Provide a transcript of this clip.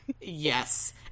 Yes